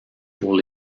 pour